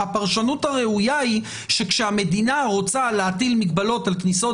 הפרשנות הראויה היא שכאשר המדינה רוצה להטיל מגבלות על כניסות